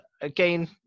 again